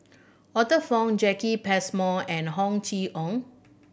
Arthur Fong Jacki Passmore and Ho Chee ong